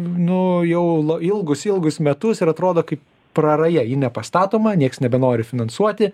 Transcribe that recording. nu jau ilgus ilgus metus ir atrodo kaip praraja ji nepastatoma nieks nebenori finansuoti